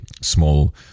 small